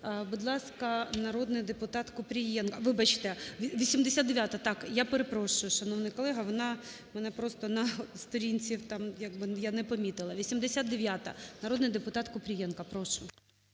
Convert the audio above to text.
Будь ласка, народний депутатКупрієнко. Вибачте, 89-а. Я перепрошую, шановний колега, вона в мене просто на сторінці, я не помітила. 80-а, народний депутат Купрієнко. Прошу.